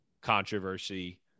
controversy